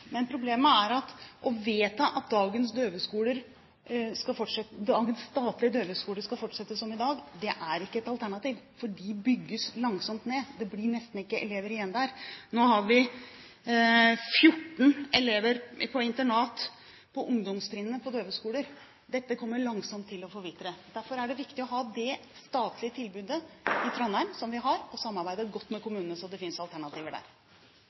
skal fortsette som i dag, er ikke et alternativ, for de bygges langsomt ned. Det blir nesten ikke elever igjen der. Nå har vi 14 elever på internat på ungdomstrinnet på døveskoler. Dette kommer langsomt til å forvitre. Derfor er det viktig å ha det statlige tilbudet som vi har i Trondheim, og samarbeide godt med kommunene slik at det finnes alternativer der.